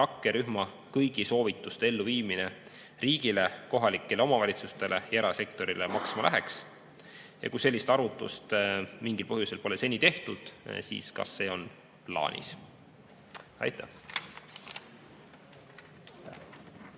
rakkerühma kõigi soovituste elluviimine riigile, kohalikele omavalitsustele ja erasektorile maksma läheks? Kui sellist arvutust mingil põhjusel pole seni tehtud, siis kas see on plaanis? Aitäh!